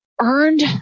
earned